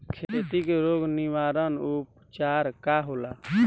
खेती के रोग निवारण उपचार का होला?